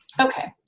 okay,